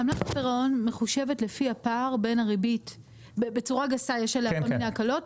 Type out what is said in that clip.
עמלת הפירעון, בצורה גסה יש עליה כל מיני הקלות.